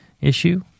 issue